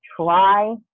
try